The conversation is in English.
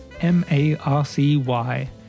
M-A-R-C-Y